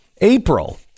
April